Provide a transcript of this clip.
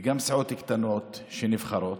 וגם סיעות קטנות שנבחרות,